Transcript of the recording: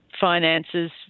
Finances